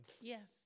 Yes